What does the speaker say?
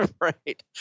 Right